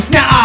Now